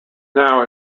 now